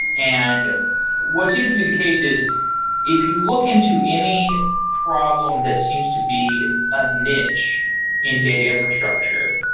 and what seem to be the case is if you look into any problem that seems to be a niche in data infrastructure,